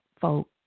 folk